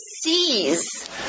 sees